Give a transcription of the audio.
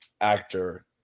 actor